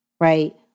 Right